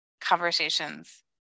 conversations